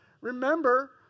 Remember